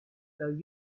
though